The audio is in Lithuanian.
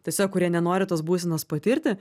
tiesiog kurie nenori tos būsenos patirti